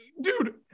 dude